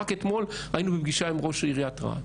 רק אתמול היינו בפגישה עם ראש עיריית רהט.